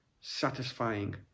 satisfying